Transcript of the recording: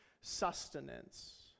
sustenance